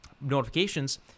notifications